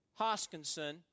Hoskinson